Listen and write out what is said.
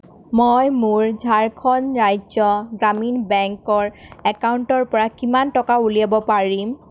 মই মোৰ ঝাৰখণ্ড ৰাজ্য গ্ৰামীণ বেংকৰ একাউণ্টৰ পৰা কিমান টকা উলিয়াব পাৰিম